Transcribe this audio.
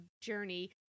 journey